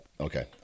okay